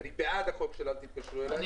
אני בעד החוק של אל תתקשרו אליי,